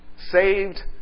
Saved